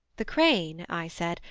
the crane i said,